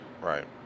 Right